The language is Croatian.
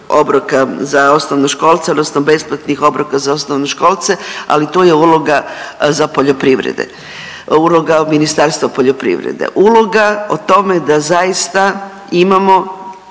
za osnovnoškolce, odnosno besplatnih obroka za osnovnoškolce, ali tu je uloga za poljoprivrede, uloga Ministarstva poljoprivrede. Uloga o tome da zaista imamo